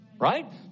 right